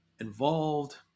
involved